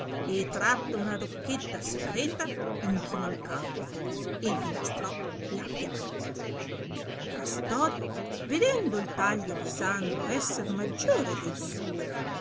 e tratta una rocchetta secreta inchinò il capo e gli mostrò la piaga castorio vedendo il taglio di sandro esser maggiore del suo